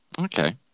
Okay